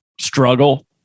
struggle